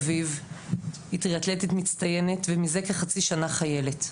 אביב היא טריאתלטית מצטיינת ומזה כחצי שנה חיילת.